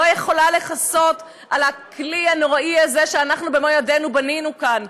לא יכולה לכסות על הכלי הנורא הזה שאנחנו במו ידינו בנינו כאן.